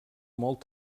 molt